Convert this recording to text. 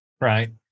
Right